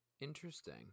interesting